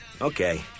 Okay